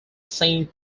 saint